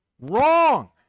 Wrong